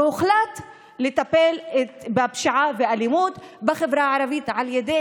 הוחלט לטפל בפשיעה ובאלימות בחברה הערבית על ידי